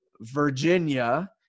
Virginia